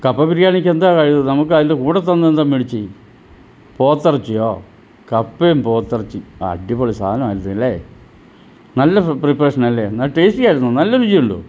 കപ്പ ബിരിയാണിക്ക് എന്താ നമുക്ക് അതിൻ്റെ കൂടെ തന്ന എന്താ മേടിച്ചേ പോത്തിറച്ചിയോ കപ്പയും പോത്തിറച്ചിയും അടിപൊളി സാധനമായിരുന്നല്ലേ നല്ല പ്രീപ പ്രീപറേഷനാലേ ടേസ്റ്റി ആയിരുന്നോ നല്ല രുചിയുണ്ടോ